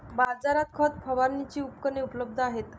बाजारात खत फवारणीची उपकरणे उपलब्ध आहेत